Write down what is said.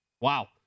Wow